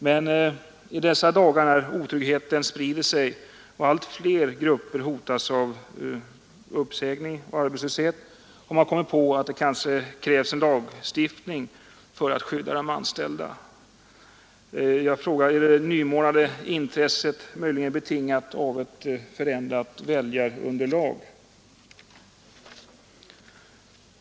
Men i dessa dagar när otryggheten sprider sig och allt fler grupper hotas av uppsägning och arbetslöshet har man kommit på att det kanske krävs en lagstiftning för att skydda de anställda. Är det nymornade intresset möjligen betingat av ett förändrat väljarunderlag?